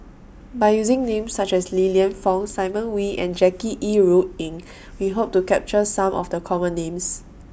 By using Names such as Li Lienfung Simon Wee and Jackie Yi Ru Ying We Hope to capture Some of The Common Names